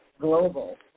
global